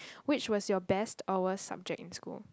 which was your best over subject in school